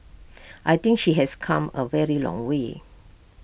I think she has come A very long way